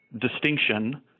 distinction